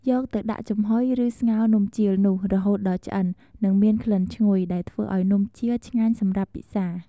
យកទៅដាក់ចំហ៊ុយ ឬស្ងោរនំជៀលនោះ រហូតដល់ឆ្អិន និងមានក្លិនឈ្ងុយ ដែលធ្វើឱ្យនំជៀលឆ្ងាញសម្រាប់ពិសា។